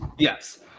Yes